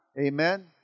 Amen